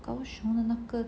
gaoxiong 的那个